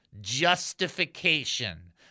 Justification